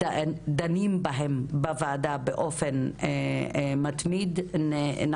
אנחנו דנים גם בוועדה באופן מתמיד ואנחנו